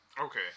Okay